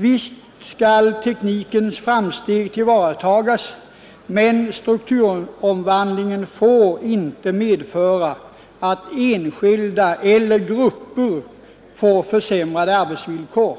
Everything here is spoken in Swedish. Visst skall teknikens framsteg tillvaratas, men strukturom vandlingen får inte medföra att enskilda eller grupper får försämrade Nr 103 arbetsvillkor.